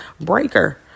breaker